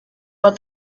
but